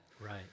Right